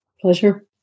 Pleasure